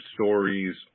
stories